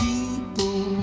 People